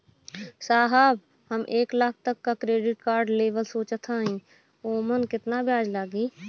साहब हम एक लाख तक क क्रेडिट कार्ड लेवल सोचत हई ओमन ब्याज कितना लागि?